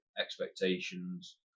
expectations